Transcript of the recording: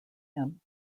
him